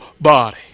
body